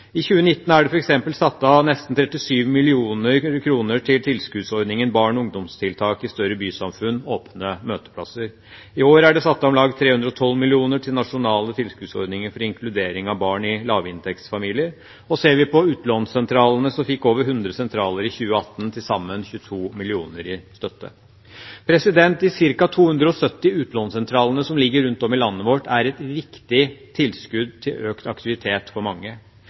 I 2019 er det f.eks. satt av nesten 37 mill. kr til tilskuddsordningen Barne- og ungdomstiltak i større bysamfunn – åpne møteplasser. I år er det satt av om lag 312 mill. kr til Nasjonal tilskuddsordning for inkludering av barn i lavinntektsfamilier. Ser vi på utlånssentralene, fikk over 100 sentraler i 2018 til sammen 22 mill. kr i støtte. De ca. 270 utlånssentralene som ligger rundt om i landet vårt, er et viktig tilskudd til økt aktivitet for mange.